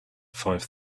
five